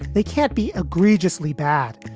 they can't be egregiously bad.